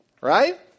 right